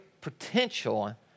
potential